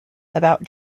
about